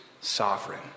sovereign